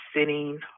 sitting